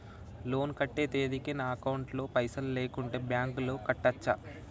Loan కట్టే తేదీకి నా అకౌంట్ లో పైసలు లేకుంటే బ్యాంకులో కట్టచ్చా?